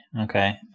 okay